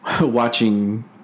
Watching